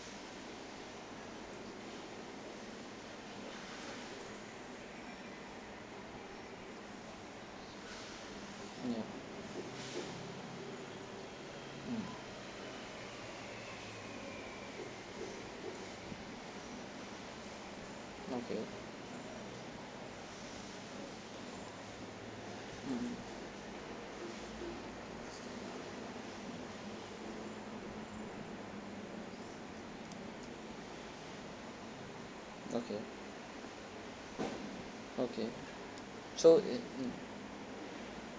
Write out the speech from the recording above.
yup mm okay mm okay okay so it um